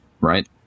right